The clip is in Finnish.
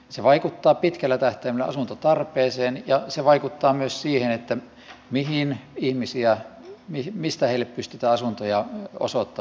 se vaikuttaa pitkällä tähtäimellä asuntotarpeeseen ja se vaikuttaa myös siihen mistä ihmisille pystytään asuntoja osoittamaan